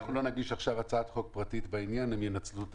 לא נגיש עכשיו הצעת חוק פרטית בעניין, הם ינצלו את